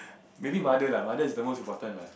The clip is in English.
maybe mother lah mother is the most important lah